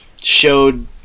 showed